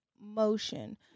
motion